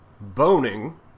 boning